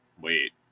wait